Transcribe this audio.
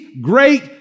great